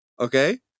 Okay